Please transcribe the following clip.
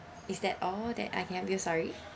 is that all that I can help you sorry